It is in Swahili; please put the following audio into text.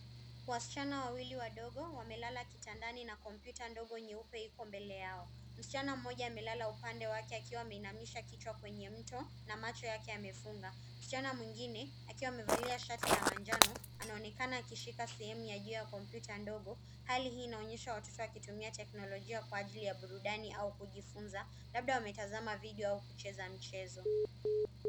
Wasichana wawili wadogo wamelala kitandani na kompyuta ndogo nyeupe iko mbele yao. Msichana mmoja amelala upande wake akiwa ameinamisha kichwa kwenye mto na macho yake amefunga. Msichana mwingine akiwa amevalia shati la manjano anaonekana akishika sehemu ya juu ya kompyuta ndogo hali hii inaonyesha watoto wakitumia teknolojia kwa ajili ya burudani au kujifunza, labda wametazama video au kucheza mchezo.